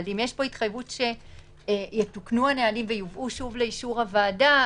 אבל אם יש פה התחייבות שיתוקנו הנהלים ויובאו שוב לאישור הוועדה,